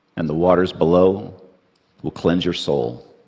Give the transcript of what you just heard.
and the waters below will cleanse your soul.